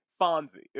Fonzie